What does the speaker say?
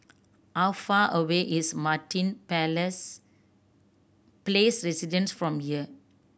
how far away is Martin Palace Place Residences from here